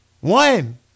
One